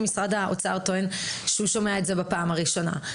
משרד האוצר טוען שהוא שומע על כך בפעם הראשונה.